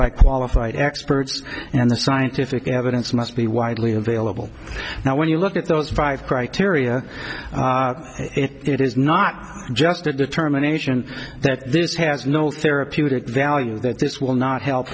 by qualified experts and the scientific evidence must be widely available now when you look at those five criteria it is not just a determination that this has no therapeutic value that this will not help